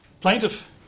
plaintiff